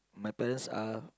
my parents are